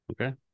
Okay